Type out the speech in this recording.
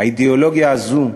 האידיאולוגיה הזאת,